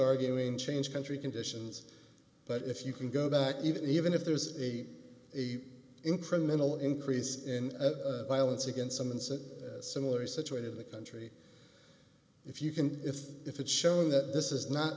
arguing change country conditions but if you can go back even even if there's a a incremental increase in violence against some incident similar situated in the country if you can if if it's shown that this is not